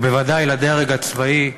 ובוודאי לדרג הצבאי,